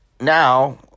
now